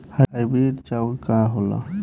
Hybrid चाउर का होला?